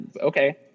Okay